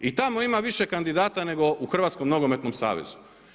I tamo ima više kandidata nego u Hrvatskom nogometnom savezu.